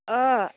अ